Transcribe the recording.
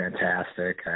fantastic